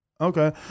Okay